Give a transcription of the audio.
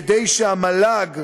כדי שהמל"ג